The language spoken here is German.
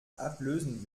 ablösen